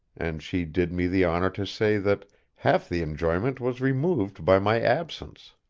and she did me the honor to say that half the enjoyment was removed by my absence.